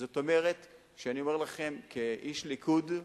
זאת אומרת, אני אומר לכם כאיש ליכוד: